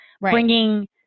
bringing